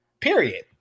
Period